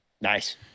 Nice